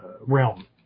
realm